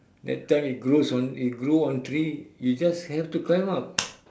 that time it grows it grew on tree you just have to climb up